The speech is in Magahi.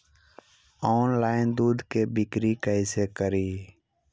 ऑनलाइन दुध के बिक्री कैसे करि?